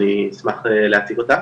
אני אשמח להציג אותה.